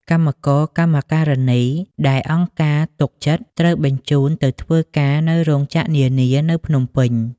កម្មករ កម្មការនី ដែលអង្គការទុកចិត្តត្រូវបញ្ជូនឱ្យទៅធ្វើការនៅរោងចក្រនានានៅភ្នំពេញ។